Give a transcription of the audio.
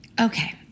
Okay